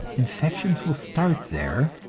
infections will start there,